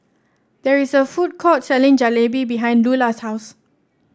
there is a food court selling Jalebi behind Lulla's house